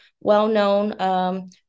well-known